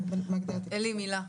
עלי, מילה.